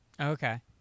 okay